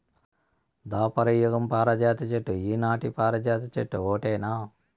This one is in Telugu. దాపర యుగం పారిజాత చెట్టు ఈనాటి పారిజాత చెట్టు ఓటేనా